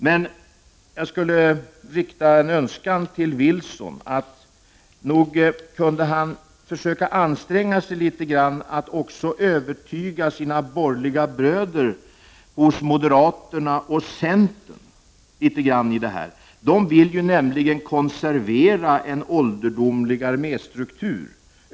Men jag önskar att Carl Johan Wilson anstränger sig för att försöka övertyga sina borgerliga bröder hos moderaterna och centern. De vill nämligen konservera en ålderdomlig arméstruktur.